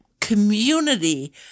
community